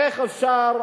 איך אפשר,